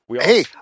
Hey